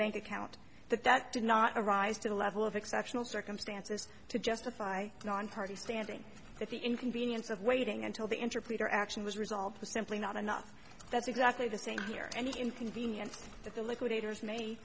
bank account that that did not arise to the level of exceptional circumstances to justify nonparty standing at the inconvenience of waiting until the interpreter action was resolved was simply not enough that's exactly the same here and inconvenience that the liquidators ma